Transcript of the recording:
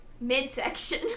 Midsection